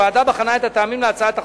הוועדה בחנה את הטעמים להצעת החוק,